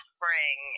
spring